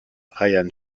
ryan